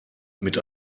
mit